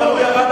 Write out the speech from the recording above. אבל הוא ירד